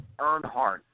Earnhardt